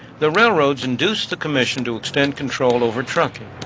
the railroads induced the commission to extend control over trucking.